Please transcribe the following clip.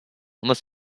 unless